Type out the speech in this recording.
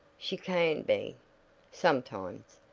she can be sometimes.